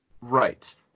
Right